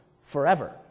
forever